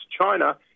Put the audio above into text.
China